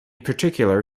particular